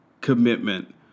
commitment